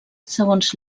segons